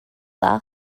dda